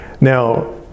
Now